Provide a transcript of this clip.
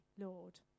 Lord